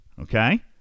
Okay